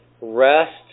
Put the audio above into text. rest